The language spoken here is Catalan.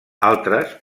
altres